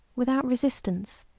without resistance,